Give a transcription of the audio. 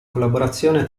collaborazione